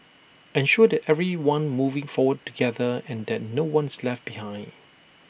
ensure that everyone moving forward together and that no one is left behind